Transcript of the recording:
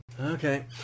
Okay